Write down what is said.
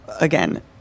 Again